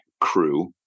crew